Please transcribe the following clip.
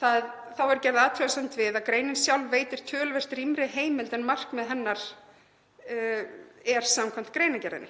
Þá er gerð athugasemd við að greinin sjálf veitir töluvert rýmri heimild en markmið hennar er samkvæmt greinargerðinni.